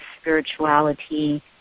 spirituality